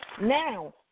Now